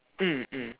mm mm